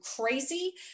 crazy